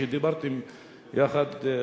כשדיברתם יחד,